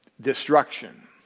destruction